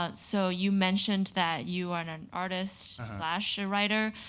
ah so you mentioned that you are an artist slash a writer.